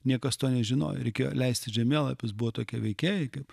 niekas to nežinojo reikėjo leisti žemėlapius buvo tokia veikiai kaip